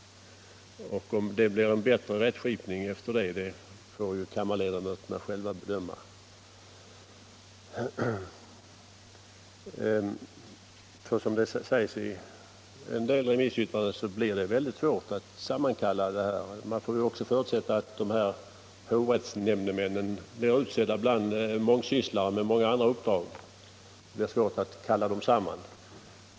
Om detta leder till en bättre rättskipning får väl kammarledamöterna själva bedöma. Som det sagts i en del remissyttranden kan det bli svårt att sammankalla rätten. Man får förutsätta att hovrättsnämndemännen blir utsedda bland mångsysslare med många andra uppdrag.